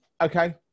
okay